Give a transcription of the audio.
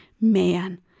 man